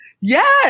yes